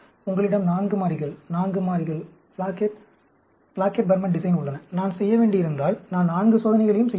உங்களிடம் 4 மாறிகள் 4 மாறிகள் பிளாக்கெட் பர்மன் டிசைன் உள்ளன நான் செய்ய வேண்டியிருந்தால் நான் 4 சோதனைகளையும் செய்ய முடியும்